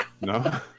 no